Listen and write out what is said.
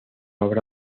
obra